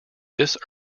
this